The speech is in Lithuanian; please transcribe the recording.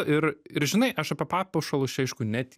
ir ir žinai aš apie papuošalus čia aišku net